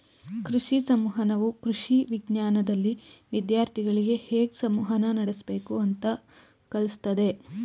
ಕೃಷಿ ಸಂವಹನವು ಕೃಷಿ ವಿಜ್ಞಾನ್ದಲ್ಲಿ ವಿದ್ಯಾರ್ಥಿಗಳಿಗೆ ಹೇಗ್ ಸಂವಹನ ನಡಸ್ಬೇಕು ಅಂತ ಕಲ್ಸತದೆ